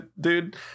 dude